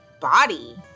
body